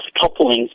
couplings